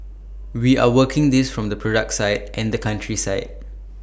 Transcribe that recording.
we are working this from the product side and the country side